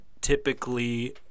typically